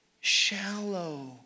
shallow